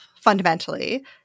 fundamentally